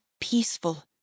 peaceful